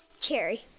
Cherry